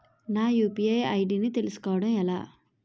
నా UPI ID ని తెలుసుకోవడం ఎలా?